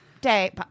day